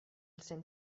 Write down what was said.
cent